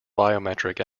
biometric